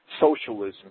socialism